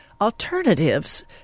alternatives